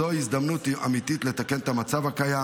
זו הזדמנות אמיתית לתקן את המצב הקיים